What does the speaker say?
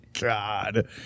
God